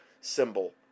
symbol